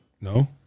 No